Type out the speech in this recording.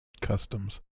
Customs